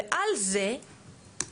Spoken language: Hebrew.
ועל זה גוזרים